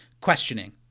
questioning